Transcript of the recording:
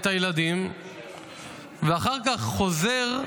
את הילדים ואחר כך חוזר.